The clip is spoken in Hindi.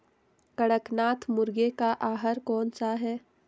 कड़कनाथ मुर्गे का आहार कौन सा है?